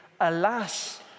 alas